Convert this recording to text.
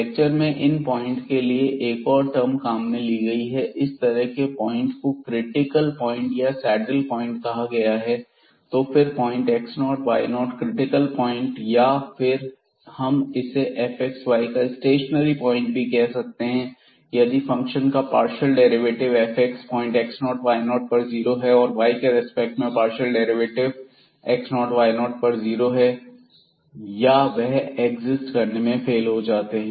lecture में इन point के लिए एक और टर्म काम में ली गई है और इस तरह के पॉइंट को क्रिटिकल प्वाइंट और सैडल प्वाइंट कहा गया है तो फिर पॉइंट x0y0 क्रिटिकल प्वाइंट या फिर हम इसे fxy का स्टेशनरी पॉइंट भी कह सकते हैं यदि फंक्शन का partial derivative fx point x0y0 पर जीरो है और y के रिस्पेक्ट में पार्शियल डेरिवेटिव x0y0 पर जीरो है या वह एक्सिस्ट करने में फेल हो जाते हैं